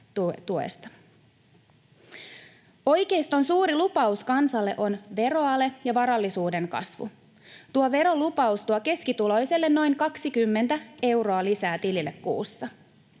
Oikeiston suuri lupaus kansalle on veroale ja varallisuuden kasvu. Tuo verolupaus tuo keskituloiselle noin 20 euroa lisää tilille kuussa,